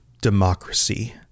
democracy